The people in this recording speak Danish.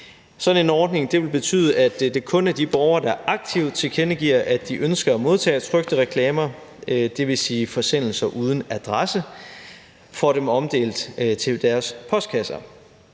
Sådan en ordning vil betyde, at det kun er de borgere, der aktivt tilkendegiver, at de ønsker at modtage trykte reklamer, dvs. forsendelser uden adresse, der får dem omdelt til deres postkasser.